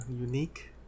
Unique